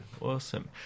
Awesome